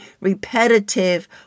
repetitive